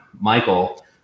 Michael